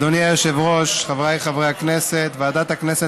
אדוני היושב-ראש, חבריי חברי הכנסת, ועדת הכנסת